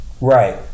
Right